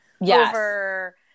over